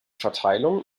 verteilung